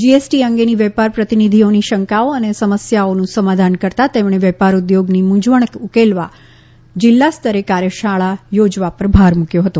GST અંગેની વેપાર પ્રતિનિધિઓની શંકાઓ અને સમસ્યાઓનું સમાધાન કરતાં તેમણે વેપાર ઉદ્યોગની મુંઝવણ ઉકેલવા માટે જીલ્લા સ્તરે કાર્યશાળા યોજવા પર ભાર મુકથો હતો